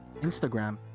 Instagram